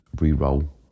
re-roll